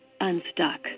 unstuck